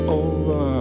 over